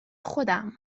خودم